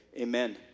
Amen